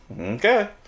Okay